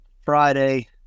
Friday